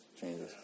changes